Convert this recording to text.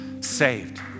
saved